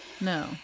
No